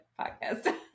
podcast